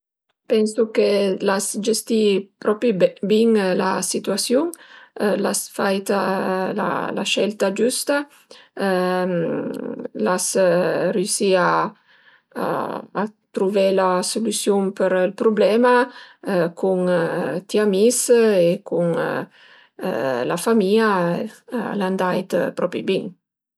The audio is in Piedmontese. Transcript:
Pensu che l'as gestì propi ben bin la situasiun, l'as fait la scelta giüsta l'as riüsì a truvé la sulüsiun për ël prublema cun ti amis e cun la famìa, al e andait propo bin